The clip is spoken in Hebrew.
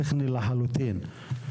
טכני לחלוטין.